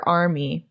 army